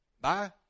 bye